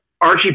Archie